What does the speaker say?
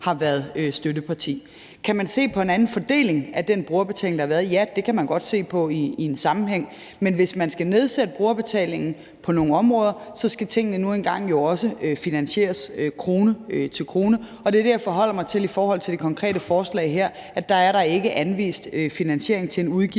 har været støtteparti. Kan man se på en anden fordeling af den brugerbetaling, der har været? Ja, det kan man godt se på i en sammenhæng. Men hvis man skal nedsætte brugerbetalingen på nogle områder, skal tingene nu engang jo også finansieres krone for krone. Og det er det, jeg forholder mig til i forhold til det konkrete forslag her, for der er der ikke anvist finansiering af en udgift,